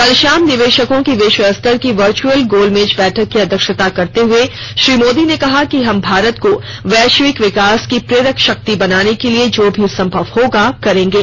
कल शाम निवेशकों की विश्वस्तर की वर्चअल गोलमेज बैठक की अध्यक्षता करते हुए श्री मोदी ने कहा कि हम भारत को वैश्विक विकास की प्रेरक शक्ति बनाने के लिए जो भी संभव होगा करेंगे